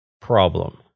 problem